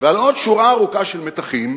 ועוד שורה ארוכה של מתחים,